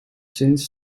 since